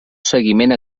seguiment